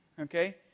Okay